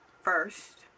first